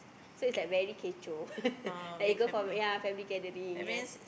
so is like very kecoh like you go for yea family gathering yea